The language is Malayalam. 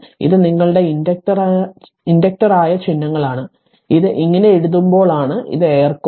ഇത് നിങ്ങളുടെ ഇൻഡക്റ്ററായ ചിഹ്നങ്ങളാണ് ഇത് ഇങ്ങനെ എഴുതുമ്പോഴാണ് ഇത് എയർ കോർ